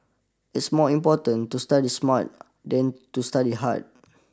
it's more important to study smart than to study hard